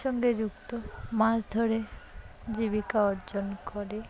সঙ্গে যুক্ত মাছ ধরে জীবিকা অর্জন করে